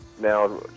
Now